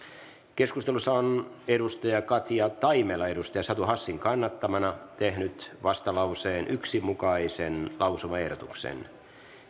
keskustelussa on katja taimela satu hassin kannattamana tehnyt vastalauseen yhden mukaisen lausumaehdotuksen